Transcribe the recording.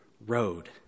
road